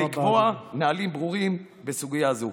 ולקבוע נהלים ברורים בסוגיה זו.